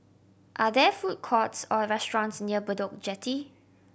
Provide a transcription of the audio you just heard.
are there food courts or restaurants near Bedok Jetty